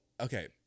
okay